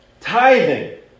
Tithing